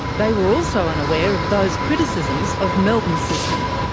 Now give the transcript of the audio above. they were also unaware of those criticisms of melbourne's system.